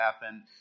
happen